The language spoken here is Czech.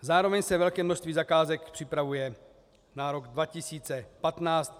Zároveň se velké množství zakázek připravuje na rok 2015.